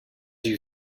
you